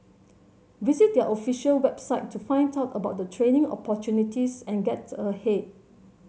visit their official website to find out about the training opportunities and get ahead